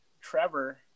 Trevor